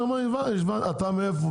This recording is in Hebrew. הוא יושב פה בדיון ואתה אפילו לא יודע מיהו.